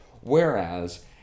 Whereas